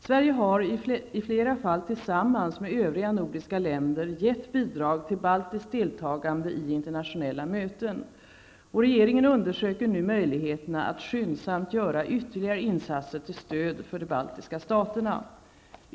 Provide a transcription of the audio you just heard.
Sverige har, i flera fall tillsammans med övriga nordiska länder, gett bidrag till baltiskt deltagande i internationella möten. Regeringen undersöker nu möjligheterna att skyndsamt göra ytterligare insatser till stöd för de baltiska staterna.